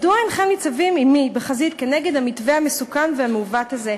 מדוע אינכם ניצבים עמי בחזית כנגד המתווה המסוכן והמעוות הזה?